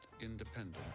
independent